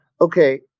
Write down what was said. Okay